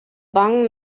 bang